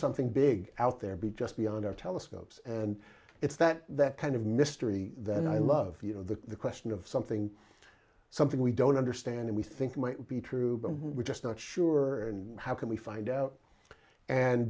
something big out there be just beyond our telescopes and it's that that kind of mystery that i love you know the question of something something we don't understand we think might be true but we're just not sure how can we find out and